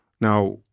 now